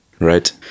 Right